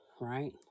Right